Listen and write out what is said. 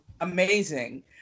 amazing